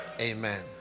amen